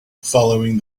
following